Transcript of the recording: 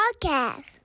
podcast